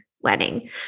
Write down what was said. wedding